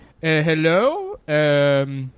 Hello